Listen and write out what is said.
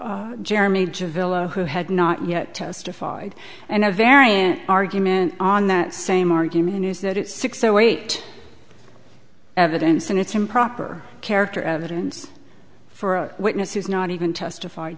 jeremy jim villa who had not yet testified and a variant argument on that same argument is that it's six zero eight evidence and it's improper character evidence for a witness who's not even testified